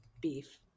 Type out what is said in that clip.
beef